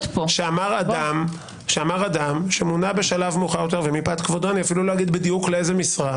שאמר אדם שמונה בשלב מאוחר יותר ומפאת כבודו לא אומר אפילו לאיזו משרה,